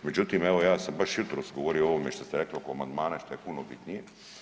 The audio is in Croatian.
Međutim, evo ja sam baš jutros govorio o ovome što ste rekli oko amandmana i što je puno bitnije.